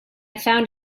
found